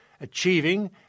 achieving